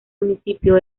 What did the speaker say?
municipio